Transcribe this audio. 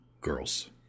girls